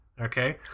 Okay